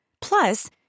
Plus